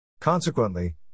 Consequently